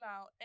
out